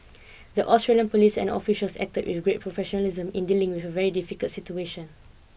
the Australian police and officials acted with great professionalism in dealing with a very difficult situation